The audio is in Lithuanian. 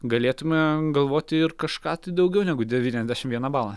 galėtume galvoti ir kažką tai daugiau negu devyniasdešim vieną balą